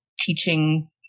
teaching